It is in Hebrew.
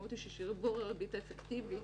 המשמעות היא ששיעור הריבית האפקטיבית,